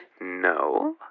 No